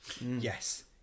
Yes